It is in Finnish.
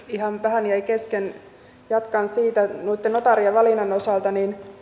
ihan vähän jäi kesken jatkan notaarien valinnan osalta